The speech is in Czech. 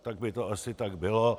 Tak by to asi tak bylo.